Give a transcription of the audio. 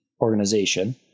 organization